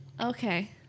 Okay